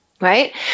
right